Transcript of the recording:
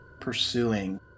pursuing